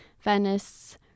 Venice